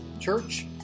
Church